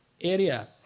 area